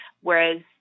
Whereas